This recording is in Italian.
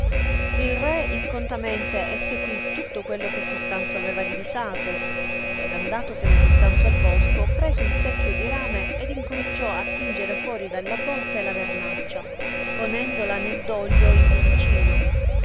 il re incontamente essequì tutto quello che costanzo aveva divisato ed andatosene costanzo al bosco prese uno secchio di rame ed incominciò attingere fuori della botte la vernaccia ponendola nel doglio ivi vicino